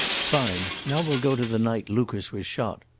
fine. now we'll go to the night lucas was shot.